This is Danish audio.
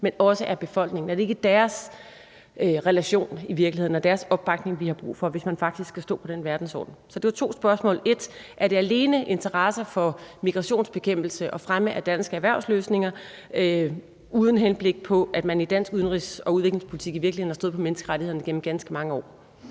men også med befolkningen? Er det ikke relationen med dem og deres opbakning, vi i virkeligheden har brug for, hvis man faktisk skal stå på mål for den verdensorden? Så det var to spørgsmål. Er det alene interesse for migrationsbekæmpelse og fremme af danske erhvervsløsninger, uden skelen til, at man i dansk udenrigs- og udviklingspolitik i virkeligheden har stået på mål for menneskerettighederne igennem ganske mange år?